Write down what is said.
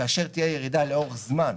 כאשר תהיה ירידה לאורך זמן,